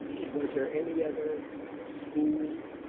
was there any other school